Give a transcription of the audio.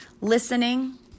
listening